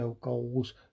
goals